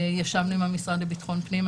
ישבנו עם המשרד לביטחון פנים.